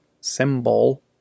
symbol